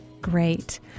Great